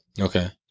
okay